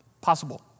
Possible